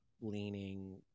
leaning